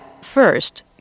First